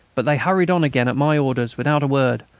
but they hurried on again at my orders without a word.